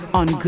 on